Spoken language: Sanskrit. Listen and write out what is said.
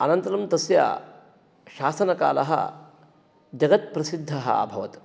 अनन्तरं तस्य शासनकालः जगत्प्रसिद्धः अभवत्